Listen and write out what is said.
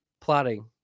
plotting